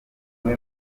muri